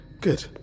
Good